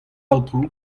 aotrou